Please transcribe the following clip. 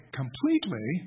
completely